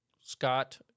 Scott